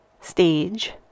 stage